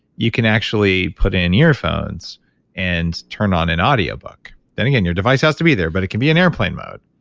you can actually put in earphones and turn on an audio book. then, again, your device has to be there but it can be in airplane mode,